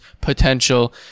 potential